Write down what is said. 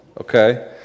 okay